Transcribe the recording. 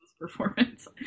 performance